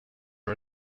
are